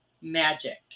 magic